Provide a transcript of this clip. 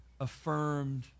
affirmed